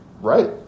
Right